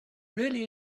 really